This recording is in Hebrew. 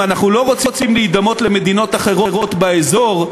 אם אנחנו לא רוצים להידמות למקומות אחרים באזור,